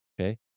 Okay